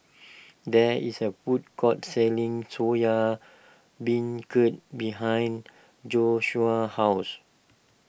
there is a food court selling Soya Beancurd behind Joshuah's house